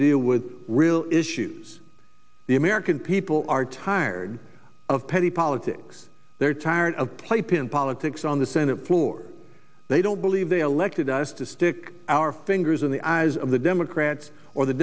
deal with real issues the american people are tired of petty politics they're tired of play pin politics on the senate floor they don't believe they elected us to stick our fingers in the eyes of the democrats or the